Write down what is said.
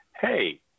Hey